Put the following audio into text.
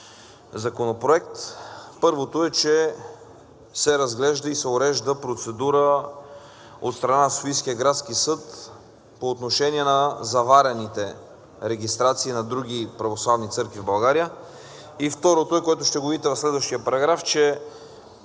законопроект. Първото е, че се разглежда и се урежда процедура от страна Софийския градски съд по отношение на заварените регистрации на други православни църкви в България. И второто, което ще видите в следващия параграф, че